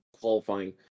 qualifying